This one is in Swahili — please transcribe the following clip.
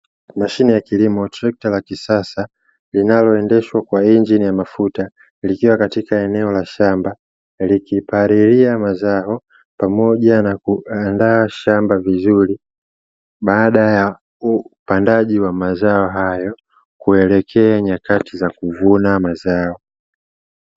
Mashine ya kilimo trekta la kisasa linalo, endeshwa kwa injini ya mafuta likiwa katika enwo la shamba likipalilia mazao pamoja na kuandaa ahamba vizuri baada ya upandaji wa mazao hayo kuelekea nyakati za kuvuna mazao.